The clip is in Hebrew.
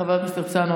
חבר הכנסת הרצנו,